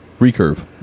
Recurve